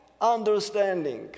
understanding